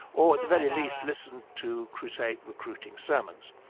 or at the very least, listened to crusade recruiting sermons.